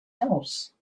else